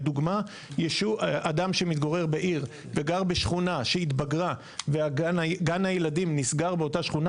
למשל אדם שמתגורר בעיר וגר בשכונה שהתבגרה וגן הילדים נסגר באותה שכונה